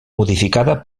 modificada